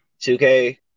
2K